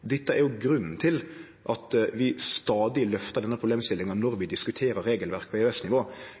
Dette er jo grunnen til at vi stadig løftar denne problemstillinga når vi diskuterer regelverk på